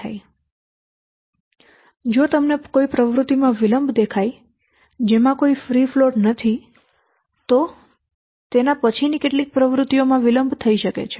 હવે જો તમને કોઈ પ્રવૃત્તિમાં વિલંબ દેખાય જેમાં કોઈ ફ્રી ફ્લોટ નથી તો તે પછીની કેટલીક પ્રવૃત્તિમાં વિલંબ થશે